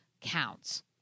counts